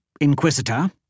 Inquisitor